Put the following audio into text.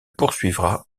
poursuivra